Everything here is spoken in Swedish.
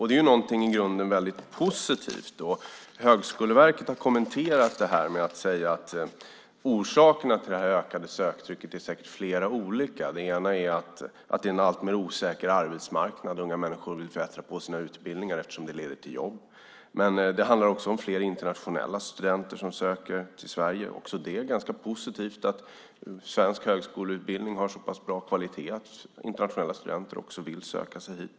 Det är i grunden något positivt. Högskoleverket har kommenterat det med att säga att orsakerna till det ökade söktrycket säkert är flera olika. Det ena är att det är en alltmer osäker arbetsmarknad. Unga människor vill bättra på sina utbildningar, eftersom det leder till jobb. Det handlar också om flera internationella studenter som söker till Sverige. Det är positivt att svensk högskoleutbildning har så pass bra kvalitet att internationella studenter vill söka sig hit.